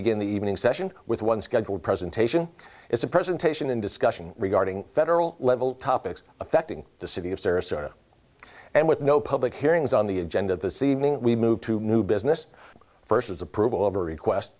begin the evening session with one scheduled presentation is a presentation and discussion regarding federal level topics affecting the city of sarasota and with no public hearings on the agenda of the ceiling we moved to new business first as approval of a request